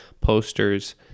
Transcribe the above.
posters